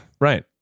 right